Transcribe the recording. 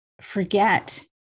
forget